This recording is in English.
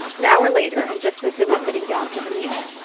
an hour later, and just as they were sitting down to the meal,